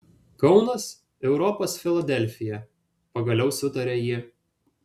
kaunas europos filadelfija pagaliau sutarė jie